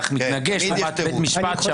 (היו"ר משה סעדה, 11:38) לגבי ההרכב הדמוגרפי.